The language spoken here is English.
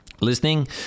listening